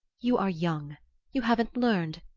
you are young you haven't learned,